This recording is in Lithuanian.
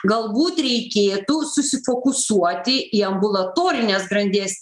galbūt reikėtų susifokusuoti į ambulatorinės grandies